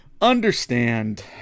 understand